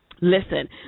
listen